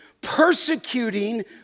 persecuting